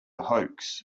hoax